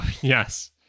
Yes